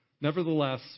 Nevertheless